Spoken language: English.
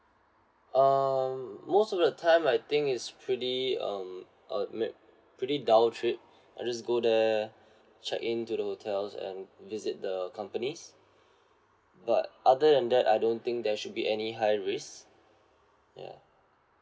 um most of the time I think it's pretty um uh pretty dull trip I just go there check in to the hotels and visit the companies but other than that I don't think there should be any high risk ya